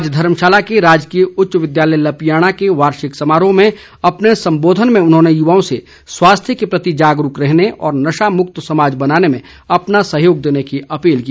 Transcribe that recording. आज धर्मशाला के राजकीय उच्च विद्यालय लपियाणा के वार्षिक समारोह में अपने संबोधन में उन्होंने युवाओं से स्वास्थ्य के प्रति जागरूक रहने और नशा मुक्त समाज बनाने में अपना सहयोग देने की अपील की